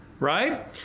Right